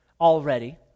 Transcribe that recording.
already